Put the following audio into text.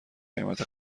قیمت